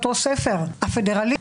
ספר הפדרליסט.